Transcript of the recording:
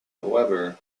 however